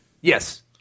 Yes